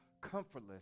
comfortless